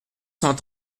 cent